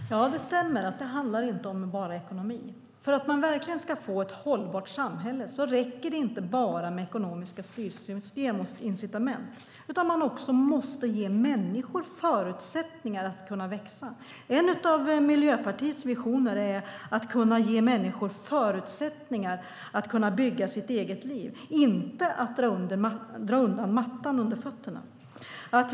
Herr talman! Det stämmer att det inte bara handlar om ekonomi. För att man verkligen ska få ett hållbart samhälle räcker det inte med bara ekonomiska styrsystem och incitament. Man måste också ge människor förutsättningar att kunna växa. En av Miljöpartiets visioner är att ge människor förutsättningar att kunna bygga sitt eget liv, inte att dra undan mattan under fötterna på dem.